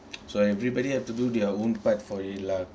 so everybody have to do their own part for it lah